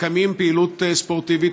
מקיימים פעילות ספורטיבית,